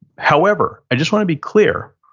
however, i just want to be clear.